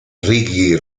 reggae